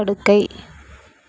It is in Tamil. படுக்கை